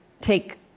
take